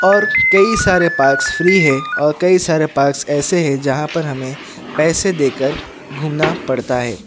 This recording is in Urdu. اور کئی سارے پارکس فری ہے اور کئی سارے پارکس ایسے ہے جہاں پر ہمیں پیسے دے کر گھومنا پڑتا ہے